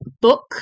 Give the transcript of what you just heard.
book